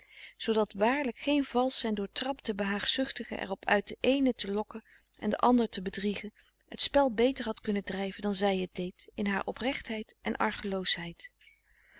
waarlijk geen valsche en doortrapte behaagzuchtige er op uit den eenen te lokken en den ander te bedriegen het spel beter had kunnen drijven dan zij het deed in haar oprechtheid en